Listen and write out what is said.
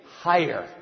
higher